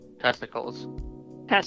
Testicles